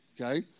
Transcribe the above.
Okay